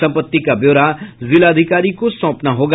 सम्पत्ति का ब्योरा जिलाधिकारी को सौंपना होगा